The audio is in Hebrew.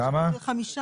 מהו היעד?